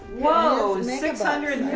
whoa, six ah hundred